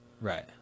Right